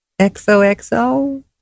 XOXO